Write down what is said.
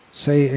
say